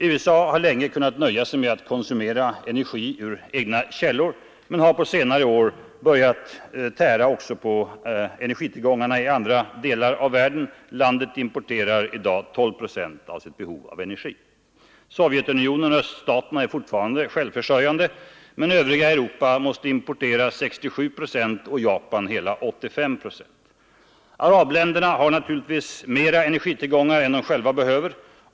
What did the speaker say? USA har länge kunnat nöja sig med att konsumera energi ur egna källor, men har på senare år börjat tära också på energitillgångarna i andra delar av världen. Landet importerar i dag 12 procent av sitt behov av energi. Sovjetunionen och öststaterna är fortfarande självförsörjande, men övriga Europa måste importera 67 procent och Japan ca 90 procent. Arabländerna har naturligtvis mer energitillgångar än de själva behöver.